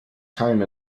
time